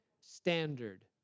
Standard